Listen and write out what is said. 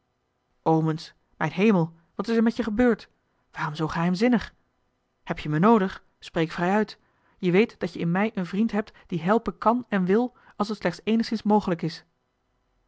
omens mijn hemel wat is er met je gebeurd waarom zoo geheimzinnig heb je me noodig spreek vrij uit je weet dat je in mij een vriend hebt die helpen kan en wil als het slechts eenigszins mogelijk is